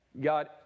God